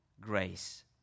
grace